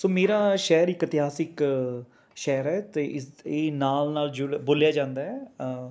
ਸੋ ਮੇਰਾ ਸ਼ਹਿਰ ਇੱਕ ਇਤਿਹਾਸਕ ਸ਼ਹਿਰ ਹੈ ਅਤੇ ਇਸ ਇਹ ਨਾਲ ਨਾਲ ਜੁੜ ਬੋਲਿਆ ਜਾਂਦਾ ਹੈ